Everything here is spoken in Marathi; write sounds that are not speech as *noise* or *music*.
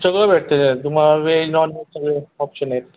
सगळं भेटतं आहे *unintelligible* तुम्हाला वेज नॉन वेज सगळे ऑप्शन आहेत